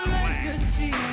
legacy